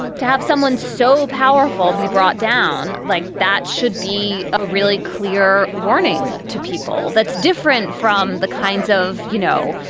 to have someone so powerful be brought down like that should be a really clear warning to people. that's different from the kinds of, you know,